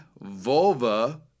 vulva